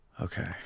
Okay